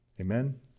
Amen